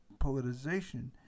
politicization